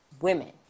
women